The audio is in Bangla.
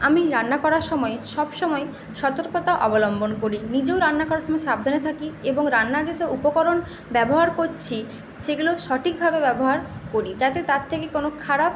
আমি রান্না করার সময় সবসময় সতর্কতা অবলম্বন করি নিজেও রান্না করার সময় সাবধানে থাকি এবং রান্নার যেসব উপকরণ ব্যবহার করছি সেগুলো সঠিকভাবে ব্যবহার করি যাতে তার থেকে কোনো খারাপ